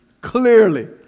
Clearly